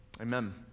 Amen